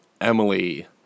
Emily